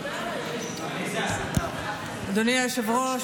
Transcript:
אדוני היושב-ראש,